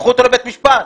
קחו אותו לבית משפט.